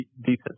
decent